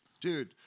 Dude